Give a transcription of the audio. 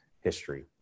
history